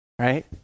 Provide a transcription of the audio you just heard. Right